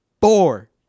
Four